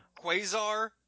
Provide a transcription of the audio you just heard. Quasar